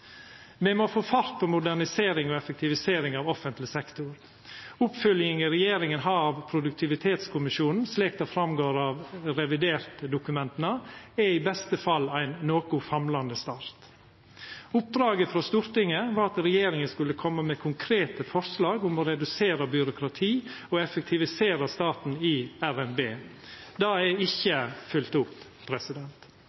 Me må få fart på moderniseringa og effektiviseringa av offentleg sektor. Oppfylginga regjeringa har av produktivitetskommisjonen slik det går fram av revidert-dokumenta, er i beste fall ein noko famlande start. Oppdraget frå Stortinget var at regjeringa skulle koma med konkrete forslag om å redusera byråkrati og effektivisera staten i RNB. Det er